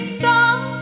song